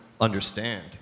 understand